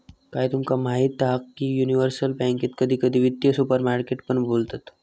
काय तुमका माहीत हा की युनिवर्सल बॅन्केक कधी कधी वित्तीय सुपरमार्केट पण बोलतत